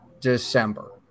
december